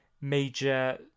major